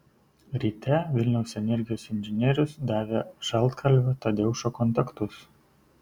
ryte vilniaus energijos inžinierius davė šaltkalvio tadeušo kontaktus